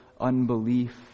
unbelief